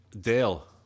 Dale